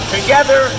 Together